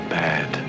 bad